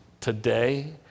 today